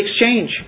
exchange